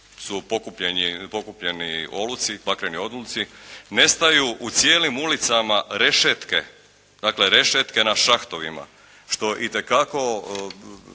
su pokupljeni oluci, bakreni oluci. Nestaju u cijelim ulicama rešetke, dakle rešetke na šahtovima što itekako